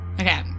okay